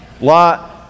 Lot